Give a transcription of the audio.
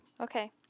Okay